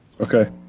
Okay